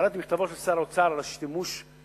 קראתי את מכתבו של שר האוצר על השימוש ב-OECD.